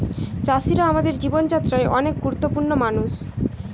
চাষিরা আমাদের জীবন যাত্রায় অনেক গুরুত্বপূর্ণ মানুষ